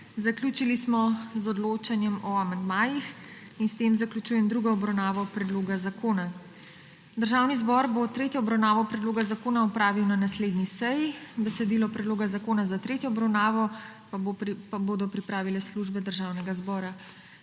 Zaključili smo z odločanjem o amandmajih in s tem zaključujem drugo obravnavo predloga zakona. Državni zbor bo tretjo obravnavo predloga zakona opravil na naslednji seji. Besedilo predloga zakona za tretjo obravnavo pa bodo pripravile službe Državnega zbora.